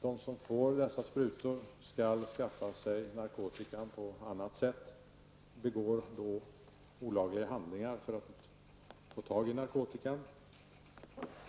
De som får dessa sprutor skall skaffa sig narkotikan på annat sätt, begå olagliga handlingar för att få tag i narkotika.